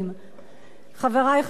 חברי חברי הכנסת,